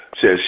says